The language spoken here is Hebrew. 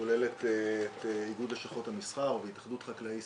שכוללת את איגוד לשכות המסחר ואת התאחדות חקלאי ישראל.